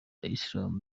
isilamu